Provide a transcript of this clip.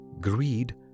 greed